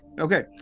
Okay